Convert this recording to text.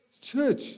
church